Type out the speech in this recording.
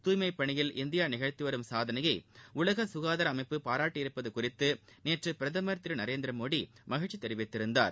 தூய்மை பணியில் இந்தியா நிகழ்த்தி வரும் சாதனையை உலக சுகாதார அமைப்பு பாராட்டியிருப்பது குறித்து நேற்று பிரதமர் திரு மோடி மகிழ்ச்சி தெரிவித்திருந்தார்